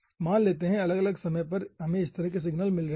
मान लेते है अलग अलग समय पर हमें इस तरह के सिग्नल मिल रहे हैं